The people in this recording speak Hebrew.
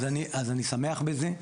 אז אני שמח בזה.